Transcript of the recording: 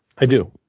i do.